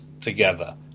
together